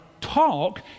talk